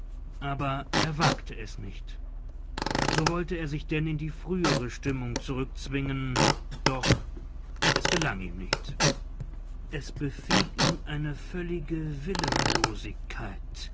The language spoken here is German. aber er wagte es nicht so wollte er sich denn in die frühere stimmung zurückzwingen doch es gelang ihm nicht es befiel ihn eine völlige